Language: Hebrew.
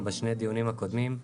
או בשני הדיונים הקודמים.